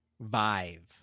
vive